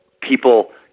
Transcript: people